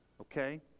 Okay